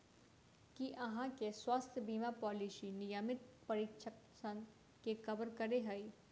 की अहाँ केँ स्वास्थ्य बीमा पॉलिसी नियमित परीक्षणसभ केँ कवर करे है?